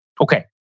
Okay